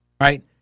right